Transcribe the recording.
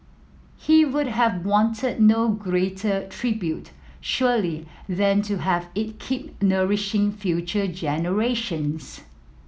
he would have wanted no greater tribute surely than to have it keep nourishing future generations